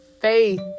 Faith